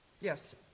Yes